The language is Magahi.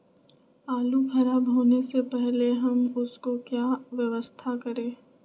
आलू खराब होने से पहले हम उसको क्या व्यवस्था करें?